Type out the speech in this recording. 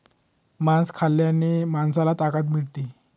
मांस खाल्ल्याने माणसाला ताकद मिळते